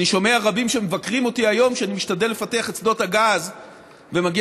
אני שומע רבים שמבקרים אותי היום שאני משתדל לפתח